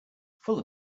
full